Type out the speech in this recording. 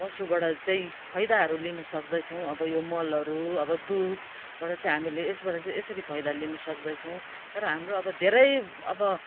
पशुबाट चाहिँ फाइदाहरू लिन सक्दछौँ अब यो मलहरू अब दुधबाट चाहिँ हामीले एसबाट चाहिँ यसरी फइदा लिनु सक्दछौँ तर हाम्रो अब धेरै अब